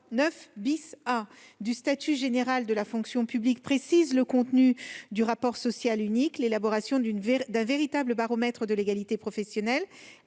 9 A du statut général de la fonction publique précise le contenu du RSU, l'élaboration d'un véritable baromètre de l'égalité professionnelle,